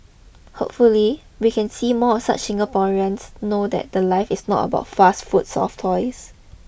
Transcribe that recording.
hopefully we can see more of such Singaporeans know that the life is not about fast food soft toys